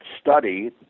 study